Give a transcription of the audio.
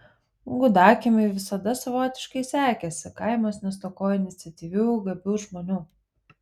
gudakiemiui visada savotiškai sekėsi kaimas nestokojo iniciatyvių gabių žmonių